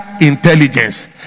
intelligence